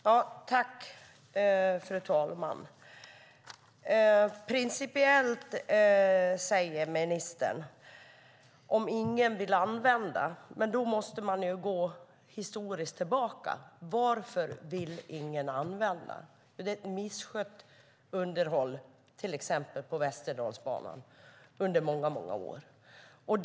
Fru talman! Ministern använder ordet principiellt och säger att ingen vill använda tågen. Men då måste man ju gå tillbaka i historien. Varför vill ingen använda sig av banan? Jo, underhållet har under många år misskötts på till exempel Västerdalsbanan.